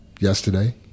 yesterday